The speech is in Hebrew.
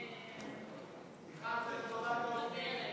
מוותרת.